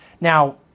Now